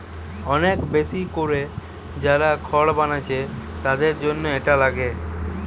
অনেক বেশি কোরে যারা খড় বানাচ্ছে তাদের জন্যে এটা লাগে